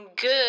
good